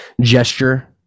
gesture